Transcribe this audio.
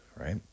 Right